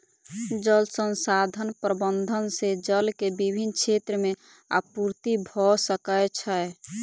जल संसाधन प्रबंधन से जल के विभिन क्षेत्र में आपूर्ति भअ सकै छै